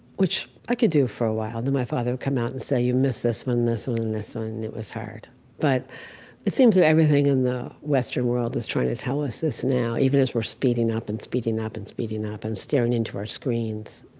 which i could do for a while. then my father would come out, and say, you missed this one, this one, and this one. and it was hard but it seems that everything in the western world is trying to tell us this now, even as we're speeding up, and speeding up, and speeding up, and staring into our screens.